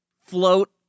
float